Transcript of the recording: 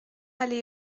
allée